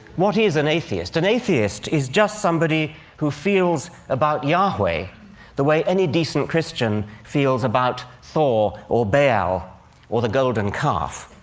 what is an atheist? an atheist is just somebody who feels about yahweh the way any decent christian feels about thor or baal or the golden calf.